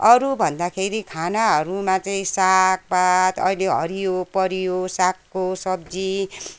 अरूभन्दाखेरि खानाहरूमा चाहिँ सागपात अहिले हरियोपरियो सागको सब्जी